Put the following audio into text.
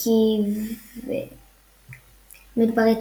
ARKive מדברית